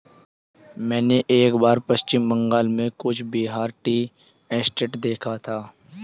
मैंने एक बार पश्चिम बंगाल में कूच बिहार टी एस्टेट देखा था